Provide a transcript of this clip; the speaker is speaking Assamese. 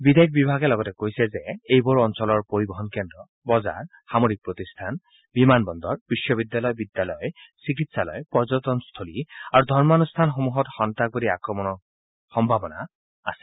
বিদেশ বিভাগে লগতে কৈছে যে এইবোৰ অঞ্চলৰ পৰিবহন কেন্দ্ৰ বজাৰ সামৰিক প্ৰতিষ্ঠান বিমান বন্দৰ বিশ্ববিদ্যালয় বিদ্যালয় চিকিৎসালয় পৰ্যটনস্থলী আৰু ধৰ্মানুষ্ঠানসমূহত সন্ত্ৰাসাবাদী আক্ৰমণ হোৱাৰ সম্ভাৱনা আছে